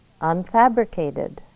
unfabricated